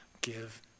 give